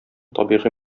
табигый